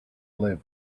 live